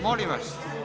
Molim vas.